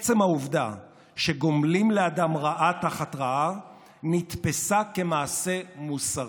עצם העובדה שגומלים לאדם רעה תחת רעה נתפסה כמעשה מוסרי.